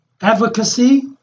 advocacy